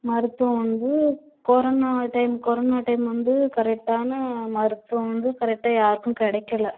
மருத்துவம் வந்து corona time corona time வந்து கரெக்டான மருத்துவம் வந்து கரெக்டாக யாருக்கும் கிடைக்கல